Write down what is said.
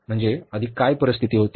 म्हणजे आधी काय परिस्थिती होती